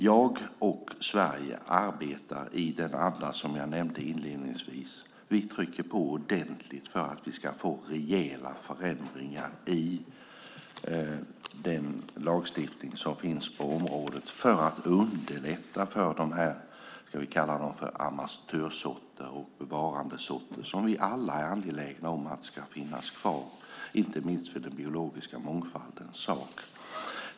Jag och Sverige arbetar i den anda som jag nämnde inledningsvis. Vi trycker på ordentligt för att vi ska få rejäla förändringar i den lagstiftning som finns på området för att underlätta för de amatörsorter och bevarandesorter - om vi kallar dem så - som vi alla är angelägna om ska finnas kvar, inte minst för den biologiska mångfaldens skull.